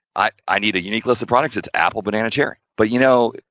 i need a unique list of products, it's apple, banana, cherry but, you know,